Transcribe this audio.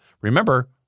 Remember